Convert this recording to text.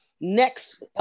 next